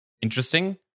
interesting